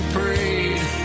prayed